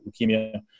leukemia